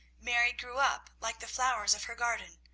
mary grew up like the flowers of her garden,